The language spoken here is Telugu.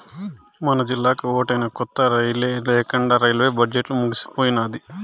మనజిల్లాకి ఓటైనా కొత్త రైలే లేకండా రైల్వే బడ్జెట్లు ముగిసిపోయినాది